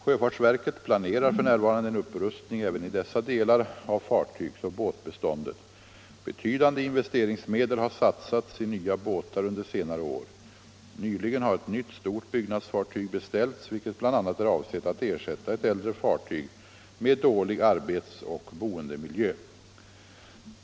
Sjöfartsverket planerar för närvarande en upprustning även i dessa delar av fartygsoch båtbeståndet. Betydande investeringsmedel har satsats i nya båtar under senare år. Nyligen har ett nytt, stort byggnadsfartyg beställts, vilket bl.a. är avsett att ersätta ett äldre fartyg med dålig arbetsoch boendemiljö.